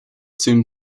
soon